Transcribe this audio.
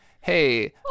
hey